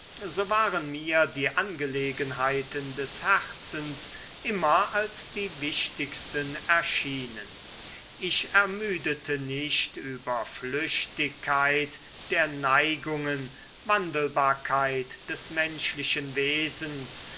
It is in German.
so waren mir die angelegenheiten des herzens immer als die wichtigsten erschienen ich ermüdete nicht über flüchtigkeit der neigungen wandelbarkeit des menschlichen wesens